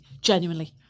genuinely